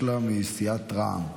סליחה שהארכתי.